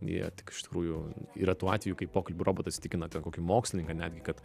jie tik iš tikrųjų yra tų atvejų kai pokalbių robotas įtikina ten kokį mokslininką netgi kad